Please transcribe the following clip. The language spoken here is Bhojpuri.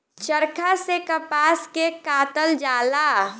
चरखा से कपास के कातल जाला